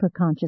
superconscious